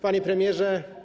Panie Premierze!